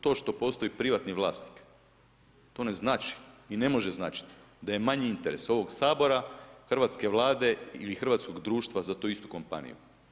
To što postoji privatni vlasnik, to ne znači i ne može značiti da je manji interes ovog Sabora, Hrvatske Vlade ili hrvatskog društva za tu istu kompaniju.